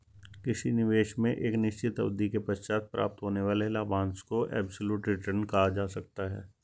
किसी निवेश में एक निश्चित अवधि के पश्चात प्राप्त होने वाले लाभांश को एब्सलूट रिटर्न कहा जा सकता है